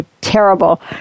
terrible